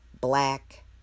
black